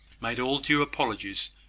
made all due apologies,